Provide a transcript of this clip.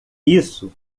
isso